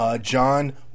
John